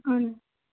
اَہن حظ